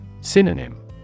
Synonym